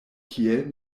kiel